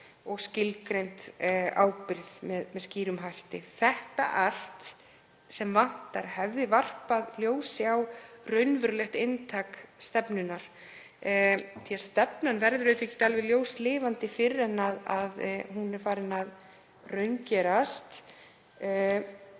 skilgreind með skýrum hætti. Þetta allt sem vantar hefði varpað ljósi á raunverulegt inntak stefnunnar. Stefnan verður auðvitað ekki ljóslifandi fyrr en hún er farin að raungerast.